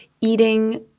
eating